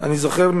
אני זוכר,